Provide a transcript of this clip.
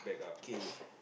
okay